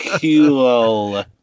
Cool